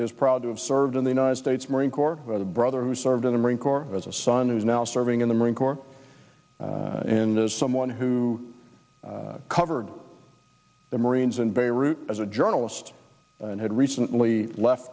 is proud to have served in the united states marine corps brother who served in the marine corps as a son who's now serving in the marine corps and as someone who covered the marines in beirut as a journalist and had recently left